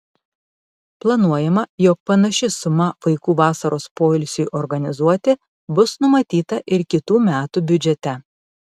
planuojama jog panaši suma vaikų vasaros poilsiui organizuoti bus numatyta ir kitų metų biudžete